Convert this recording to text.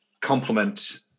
complement